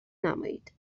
نمایید